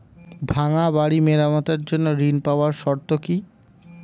ভাঙ্গা বাড়ি মেরামতের জন্য ঋণ পাওয়ার শর্ত কি?